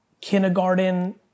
kindergarten